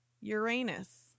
Uranus